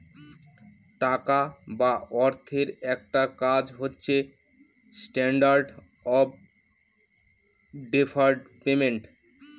টাকা বা অর্থের একটা কাজ হচ্ছে স্ট্যান্ডার্ড অফ ডেফার্ড পেমেন্ট